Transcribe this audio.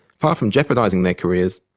far from jeopardising their career,